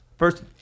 First